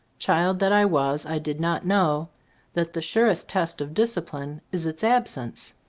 child that i was, i did not know that the surest test of discipline is its absence.